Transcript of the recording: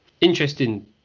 Interesting